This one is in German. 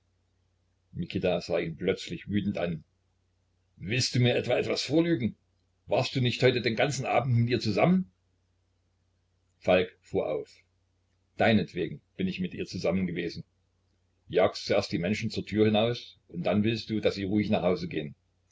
mikita sah ihn plötzlich wütend an willst du mir etwa was vorlügen warst du heute nicht den ganzen abend mit ihr zusammen falk fuhr auf deinetwegen bin ich mit ihr zusammen gewesen jagst zuerst die menschen zur türe hinaus und dann willst du daß sie ruhig nach hause gehen